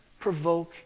provoke